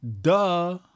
duh